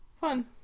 Fun